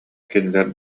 кинилэр